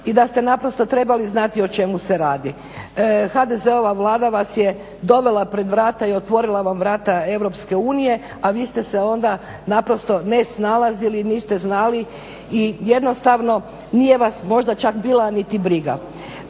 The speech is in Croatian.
i da ste naprosto trebali znati o čemu se radi. HDZ-ova Vlada vas je dovela pred vrata i otvorila vam vrata Europske unije, a vi ste se onda naprosto ne snalazili, niste znali i jednostavno nije vas možda čak bila niti briga.